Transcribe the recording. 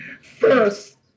First